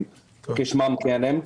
כשמם כן הם,